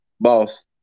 Boss